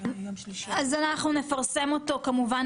כמובן